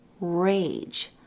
rage